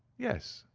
yes,